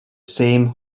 same